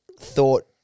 thought